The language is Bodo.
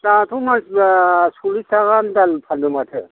दाथ' मानसिफ्रा सल्लिस थाखा दालनि फानदों माथो